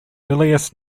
earliest